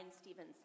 Stevenson